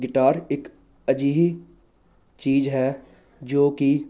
guitar ਇੱਕ ਅਜਿਹੀ ਚੀਜ਼ ਹੈ ਜੋ ਕਿ